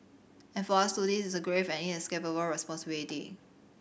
and for us too this is a grave and inescapable responsibility